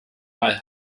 mal